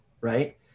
Right